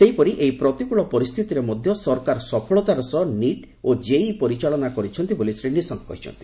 ସେହିପରି ଏହି ପ୍ରତିକ୍ଳ ପରିସ୍ଥିତିରେ ମଧ୍ୟ ସରକାର ସଫଳତାର ସହ ନିଟ୍ ଓ ଜେଇଇ ପରିଚାଳନା କରିଛନ୍ତି ବୋଲି ଶ୍ରୀ ନିଶଙ୍କ କହିଚ୍ଚନ୍ତି